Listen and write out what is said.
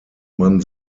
man